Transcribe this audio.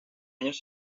años